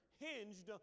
hinged